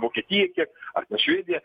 vokietija kiek ar ten švedija